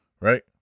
right